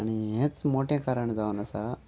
आनी हेंच मोटें कारण जावन आसा